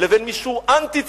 לבין מי שהוא אנטי-ציוני,